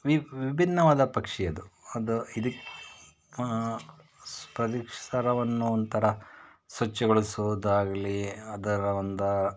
ವಿಬ್ ವಿಭಿನ್ನವಾದ ಪಕ್ಷಿ ಅದು ಅದು ಇದಿಕ್ಕೆ ಪರಿಸರವನ್ನು ಒಂಥರ ಸ್ವಚ್ಛಗೊಳಿಸ್ವುದು ಆಗಲಿ ಅದರ ಒಂದು